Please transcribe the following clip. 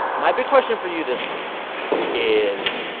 my big question for you this week is,